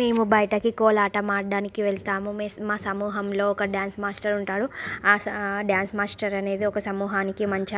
మేము బయటకి కోలాటం ఆడ్డానికి వెళ్తాము మే మా సమూహంలో ఒక డ్యాన్స్ మాస్టర్ ఉంటాడు ఆ డ్యాన్స్ మాస్టర్ అనేది ఒక సమూహానికి మంచ